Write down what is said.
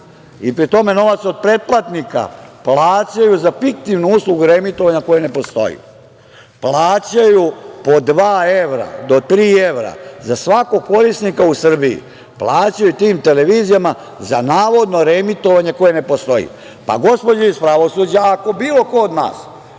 i pri tome novac od pretplatnika plaćaju za fiktivnu uslugu reemitovanja koja ne postoji. Plaćaju po dva evra, do tri evra za svakog korisnika u Srbiji. Plaćaju tim televizijama za navodno reemitovanje koje ne postoji. Gospođo iz pravosuđa, ako bilo ko od nas